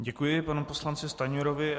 Děkuji panu poslanci Stanjurovi.